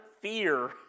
fear